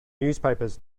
newspapers